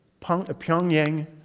Pyongyang